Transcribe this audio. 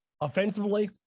offensively